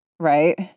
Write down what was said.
right